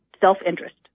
self-interest